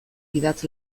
idatz